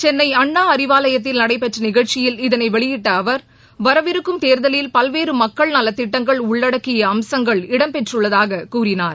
சென்ளை அண்ணா அறிவாலயத்தில் நடைபெற்ற நிகழ்ச்சியில் இதளை வெளியிட்ட அவர் வரவிருக்கும் தேர்தலில் பல்வேறு மக்கள் நலத்திட்டங்கள் உள்ளடக்கிய அம்சங்கள் இடம் பெற்றுள்ளதாக கூறினார்